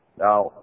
Now